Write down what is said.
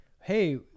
hey